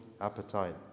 appetite